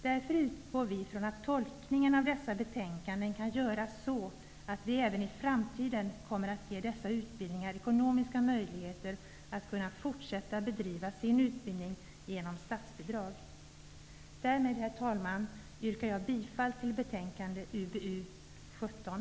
Därför utgår vi från att tolkningen av detta betänkande kan göras så, att dessa skolor även i framtiden kommer att ges ekonomiska möjligheter -- genom statsbidrag -- att bedriva sin utbildning. Därmed, herr talman, yrkar jag bifall till hemställan i betänkande UbU17.